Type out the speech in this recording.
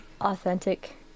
authentic